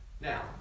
Now